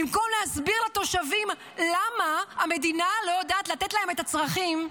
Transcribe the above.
במקום להסביר לתושבים למה המדינה לא יודעת לתת להם את הצרכים,